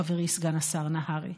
חברי סגן השר נהרי.